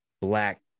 Black